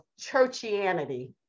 churchianity